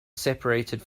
seperated